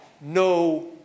no